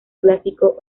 clásico